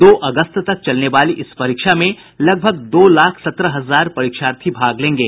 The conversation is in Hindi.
दो अगस्त तक चलने वाली इस परीक्षा में लगभग दो लाख सत्रह हजार परीक्षार्थी भाग लेंगे